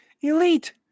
Elite